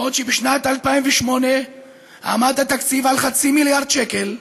בשנת 2008 עמד התקציב על חצי מיליארד שקל,